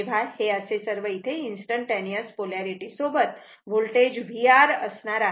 तेव्हा हे असे सर्व इथे या इन्स्टंटटेनिअस पोलारिटी सोबत होल्टेज VR असणार आहे